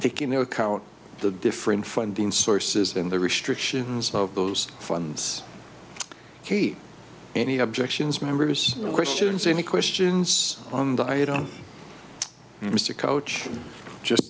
take into account the different funding sources and the restrictions of those funds kate any objections members questions any questions on on diet mr coach just